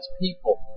people